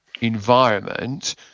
environment